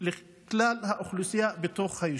לכלל האוכלוסייה בתוך היישוב.